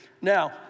Now